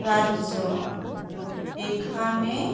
রাজ্য এখানে